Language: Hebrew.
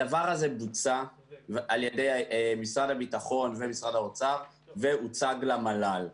הדבר הזה בוצע על ידי משרד הביטחון ומשרד האוצר והוצג למל"ל.